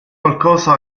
qualcosa